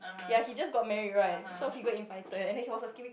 ya he just got married right so he got invited and then he was asking me